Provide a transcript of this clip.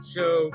Show